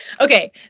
Okay